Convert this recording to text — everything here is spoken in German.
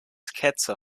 ketzer